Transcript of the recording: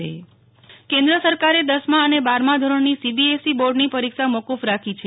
Nehal Thakkar CBSE પરીક્ષા કેન્દ્ર સરકારે દસમા અને બારમા ધોરણની સીબીએસઈ બોર્ડની પરીક્ષા મોકૂફ રાખી છે